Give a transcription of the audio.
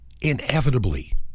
inevitably